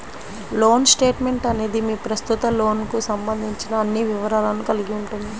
loan statement అనేది మీ ప్రస్తుత లోన్కు సంబంధించిన అన్ని వివరాలను కలిగి ఉంటుంది